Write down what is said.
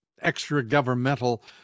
extra-governmental